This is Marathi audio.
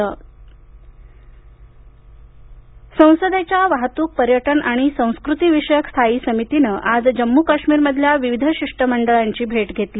जम्म काश्मीर संसदेच्या वाहतूक पर्यटन आणि संस्कृती विषयक स्थायी समितीनं आज जम्मूकाश्मीरमधील विविध शिष्टमंडळाची भेट घेतली